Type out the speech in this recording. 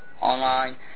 online